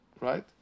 right